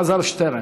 אלעזר שטרן.